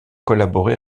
collaboré